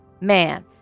man